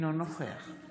אינו נוכח חוה